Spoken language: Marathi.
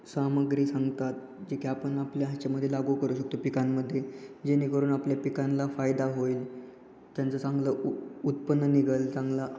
सामग्री सांगतात जे की आपण आपल्या ह्याच्यामध्ये लागू करू शकतो पिकांमध्ये जेणेकरून आपल्या पिकांना फायदा होईल त्यांचं चांगलं उ उत्पन्न निघंल चांगला